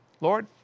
Lord